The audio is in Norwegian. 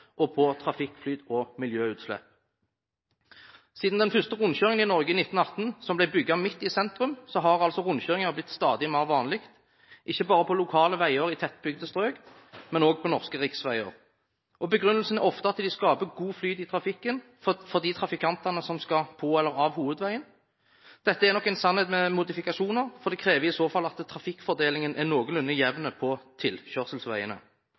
og på trafikkflyt og miljøutslipp. Siden den første rundkjøringen i Norge i 1918, som ble bygget midt i sentrum, har altså rundkjøringer blitt stadig mer vanlig, ikke bare på lokale veier i tettbygde strøk, men også på norske riksveier. Begrunnelsen er ofte at de skaper god flyt i trafikken for de trafikantene som skal på eller av hovedveien. Dette er nok en sannhet med modifikasjoner, for det krever i så fall at trafikkfordelingen er noenlunde